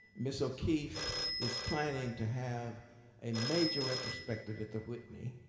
ms. o'keeffe is planning to have a major retrospective at the whitney,